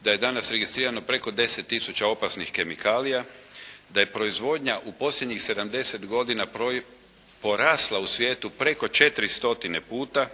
da je danas registrirano preko 10 tisuća opasnih kemikalija, da je proizvodnja u posljednjih 70 godina porasla u svijetu preko 400 puta.